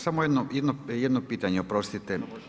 Samo jedno pitanje, oprostite.